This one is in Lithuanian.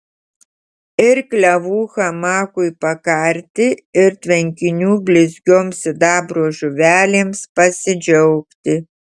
ir klevų hamakui pakarti ir tvenkinių blizgioms sidabro žuvelėms pasidžiaugti